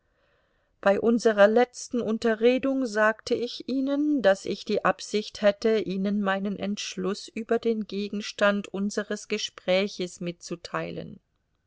bei unserer letzten unterredung sagte ich ihnen daß ich die absicht hätte ihnen meinen entschluß über den gegenstand unseres gespräches mitzuteilen